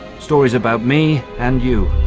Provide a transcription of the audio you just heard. stories about me and you.